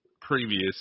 previous